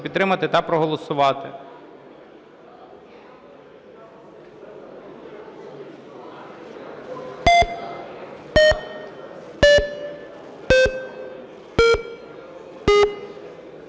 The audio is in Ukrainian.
підтримати та проголосувати.